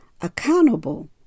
accountable